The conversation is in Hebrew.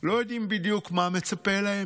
לא יודעים בדיוק מה מצפה להם,